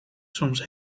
soms